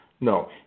No